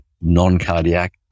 non-cardiac